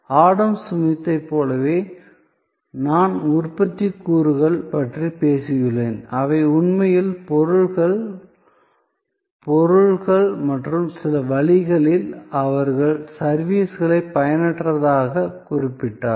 Adam ஸ்மித்தைப் போலவே நான் உற்பத்தி கூறுகள் பற்றி பேசியுள்ளேன் அவை உண்மையில் பொருட்கள் பொருள்கள் மற்றும் சில வழிகளில் அவர் சர்விஸ்களை பயனற்றதாகக் குறிப்பிட்டார்